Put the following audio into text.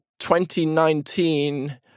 2019